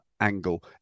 angle